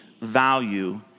value